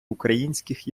українських